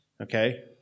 Okay